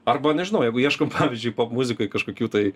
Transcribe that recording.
arba nežinau jeigu ieškom pavyzdžiui popmuzikoj kažkokių tai